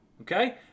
Okay